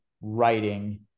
writing